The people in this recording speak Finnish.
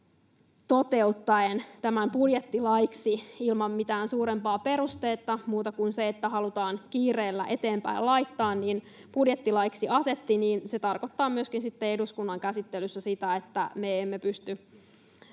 toteuttaen asetti tämän budjettilaiksi ilman mitään suurempaa perustetta — muuta kuin se, että halutaan kiireellä eteenpäin laittaa — niin se tarkoittaa myöskin sitten eduskunnan käsittelyssä sitä, että me emme pysty